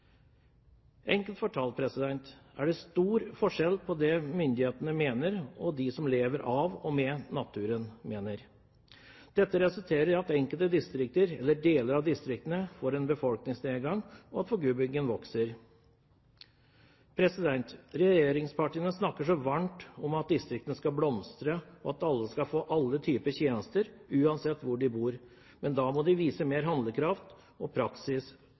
Enkelt fortalt: Det er stor forskjell på det myndighetene mener, og det som de som lever av og med naturen, mener. Dette resulterer i at deler av distriktene får en befolkningsnedgang, og at forgubbingen vokser. Regjeringspartiene snakker så varmt om at distriktene skal blomstre, og at alle skal få alle typer tjenester uansett hvor de bor, men da må de vise mer handlekraft og